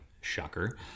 shocker